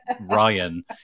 Ryan